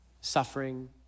suffering